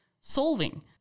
solving